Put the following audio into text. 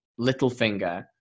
Littlefinger